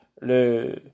le